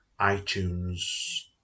iTunes